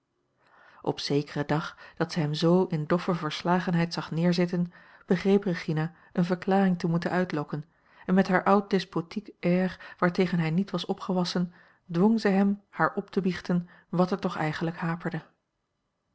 op zekeren dag dat zij hem zoo in doffe verslagenheid zag neerzitten begreep regina eene verklaring te moeten uitlokken en met haar oud despotiek air waartegen hij niet was opgewassen dwong zij hem haar op te biechten wat er toch eigenlijk haperde